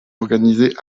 organisées